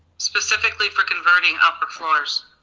specifically for converting upper floors.